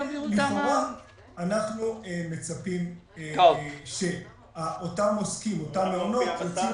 אנחנו מצפים שאותם עוסקים, אותם מעונות ימציאו